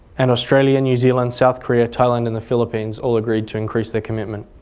and australia, new zealand, south korea, thailand and the philippines all agreed to increase their commitment.